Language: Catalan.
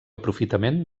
aprofitament